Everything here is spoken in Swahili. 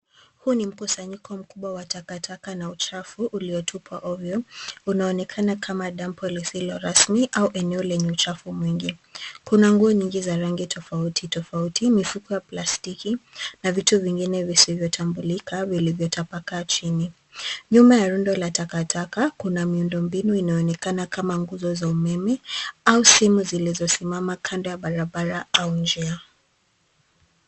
Huu ni mkusanyiko mkubwa wa takataka na uchafu, uliotupwa ovyo. Unaonekana kama dampu lisilo rasmi au eneo lenye uchafu mwingi . Kuna nguo nyingi za rangi tofauti tofauti, mifuko ya plastiki, na vitu vingine visivyotambulika, vilivyotapakaa chini. Nyuma ya rundo la takataka, kuna miundo mbinu inayoonekana kama nguzo za umeme au simu zilizosimama kando ya barabara au njia.